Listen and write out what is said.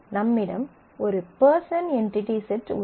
நம்மிடம் ஒரு person entity set உள்ளது